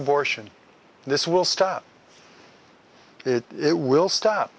abortion this will stop it it will stop